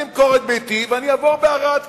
אני אמכור את ביתי ואני אגור בערד,